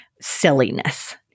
silliness